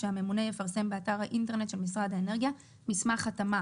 שהממונה יפרסם באתר האינטרנט של משרד האנרגיה מסמך התאמה